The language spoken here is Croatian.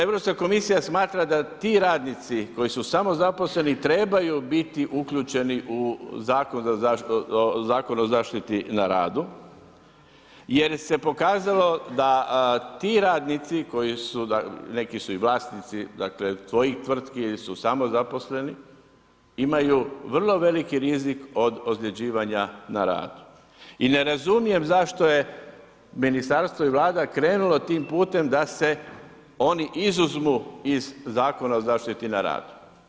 Europska komisija smatra da ti radnici koji su samozaposleni trebaju biti uključeni u Zakon o zaštiti na radu jer se pokazalo da ti radnici koji su, neki su i vlasnici dakle svojih tvrtki ili su samozaposleni, imaju vrlo veliki rizik od ozljeđivanja na radu i ne razumijem zašto je ministarstvo i Vlada krenulo tim putem da se oni izuzmu iz Zakona o zaštiti na radu.